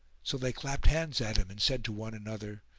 so they clapped hands at him and said to one another,